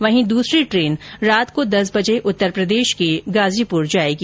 वहीं दूसरी ट्रेन रात को दस बजे उत्तरप्रदेश के गाजीपुर जायेगी